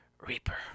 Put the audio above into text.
Reaper